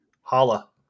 holla